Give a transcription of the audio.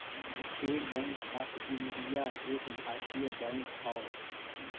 estate Bank of India एक भारतीय bank हौ